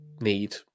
need